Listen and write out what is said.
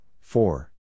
Four